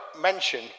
mention